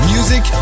Music